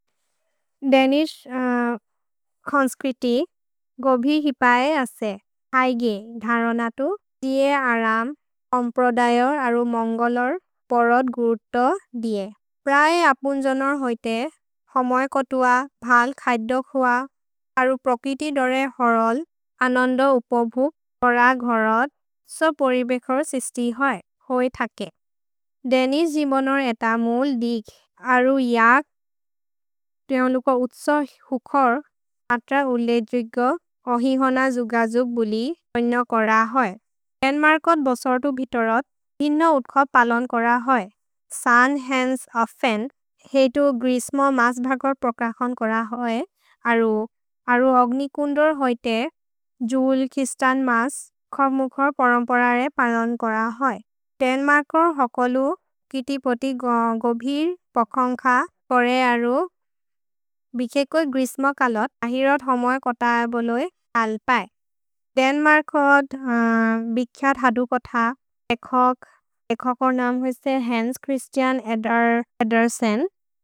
देनिस् खोन्स्क्रिति गोबि हिपए असे हैगे धरनतु जे अरम् अम्प्रदयोर् अरु मोन्गोलोर् परत् गुरुत्तो दिए। प्रए अपुन्जोनोर् होइते हमए कोतुअ, भल् खैदोक् हुअ, अरु प्रकिति दोरे हरोल्, अनन्दो उपभुक्, परग् हरोद्, सो परिबेखोर् सिस्ति होइ थके। देनिस् जिबोनोर् एतमोल् दिख्, अरु यक् तुयन्लुको उत्सो हुखोर्, अत्र उले द्रिगो, अहिहोन जुगजुग् बुलि अरिन कोर होइ। देन्मर्कोत् बसोतु बितोरत् दिन उत्ख पलोन् कोर होइ। सन् हन्स् अफेन् हेतु ग्रिस्म मस्भकोर् प्रककोन् कोर होइ, अरु अग्निकुन्दोर् होइते जुल्, किस्तन्, मस्, खव्मुखोर् परम्पररे पलोन् कोर होइ। देन्मर्कोर् होकोलु कितिपोति गोबिर्, पकोन्ख, परे अरु, बिखेकोर् ग्रिस्म कलोत्, अहिरोद् हमए कोत बोलोइ अल्पए। देन्मर्कोद् बिखिअत् हदु कोथ एखोक्, एखोकोर् नम् हुइस्ते हन्स् छ्ह्रिस्तिअन् एदेर्सेन्।